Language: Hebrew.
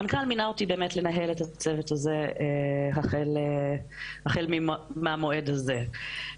המנכ"ל מינה אותי לנהל את הצוות הזה החל מהמועד הזה.